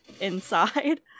inside